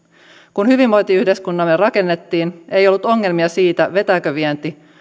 kun hyvinvointiyhteiskuntamme rakennettiin ei ollut ongelmia siitä vetääkö vienti